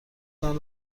تان